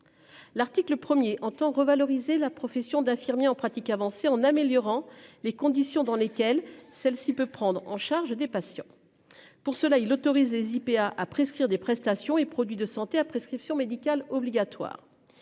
L'article premier entend revaloriser la profession d'infirmier en pratique avancée en améliorant les conditions dans lesquelles celle-ci peut prendre en charge des patients. Pour cela il autorise SIPA à prescrire des prestations et produits de santé a prescription médicale obligatoire.